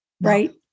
right